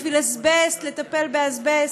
בשביל לטפל באזבסט,